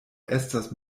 estas